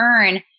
earn